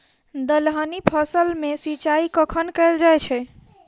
दलहनी फसल मे सिंचाई कखन कैल जाय छै?